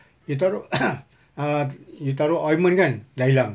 you taruh err you taruh ointment kan dah hilang